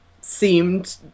seemed